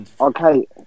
Okay